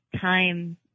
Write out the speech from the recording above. time –